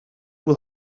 will